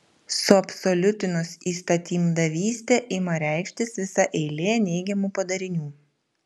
suabsoliutinus įstatymdavystę ima reikštis visa eilė neigiamų padarinių